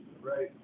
Right